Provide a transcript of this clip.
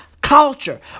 Culture